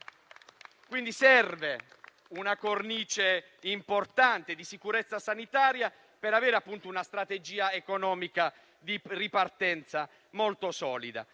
Quindi, serve una cornice importante di sicurezza sanitaria, per avere appunto una strategia economica di ripartenza molto solida.